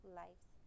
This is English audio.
lives